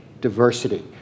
diversity